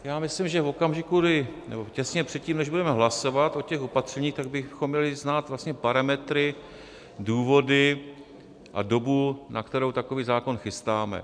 Já myslím, že v okamžiku, kdy nebo těsně předtím, než budeme hlasovat o těch opatřeních, tak bychom měli znát vlastně parametry, důvody a dobu, na kterou takový zákon chystáme.